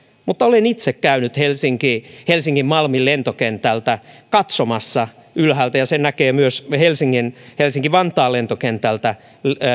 mutta olen itse käynyt helsinki malmin lentokentältä katsomassa ylhäältä ja sen näkee myös helsinki vantaan lentokentältä